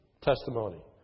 testimony